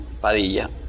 Padilla